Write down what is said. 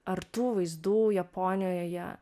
ar tų vaizdų japonijoje